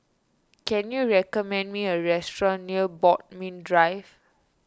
can you recommend me a restaurant near Bodmin Drive